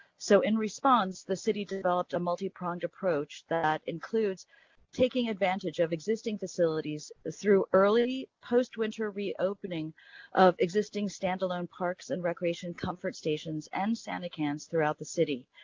so, in response, response, the city developed a multipronged approach that includes taking advantage of existing facilities through early post winter reopening of existing stand alone parks and recreation comfort stations and sani cans throughout the city.